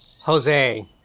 Jose